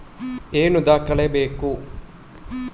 ಏನು ದಾಖಲೆ ಬೇಕು?